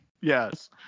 Yes